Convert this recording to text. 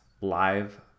live